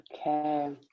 Okay